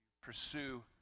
pursue